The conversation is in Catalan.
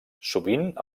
sovint